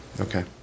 Okay